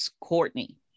Courtney